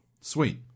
Sweet